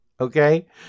Okay